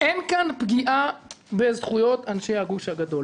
אין כאן פגיעה בזכויות אנשי הגוש הגדול.